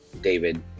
David